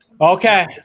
Okay